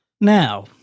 Now